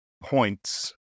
points